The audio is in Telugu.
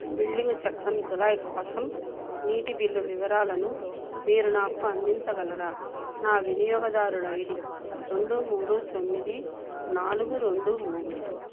బిల్లింగ్ చక్రం జూలై కోసం నీటి బిల్లు వివరాలను మీరు నాకు అందించగలరా నా వినియోగదారుల ఐడీ రెండు మూడు తొమ్మిది నాలుగు రెండు మూడు